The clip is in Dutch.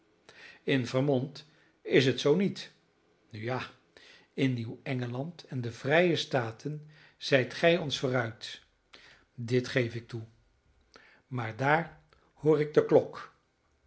in vermont is het zoo niet nu ja in nieuw engeland en de vrije staten zijt gij ons vooruit dit geef ik toe maar daar hoor ik de klok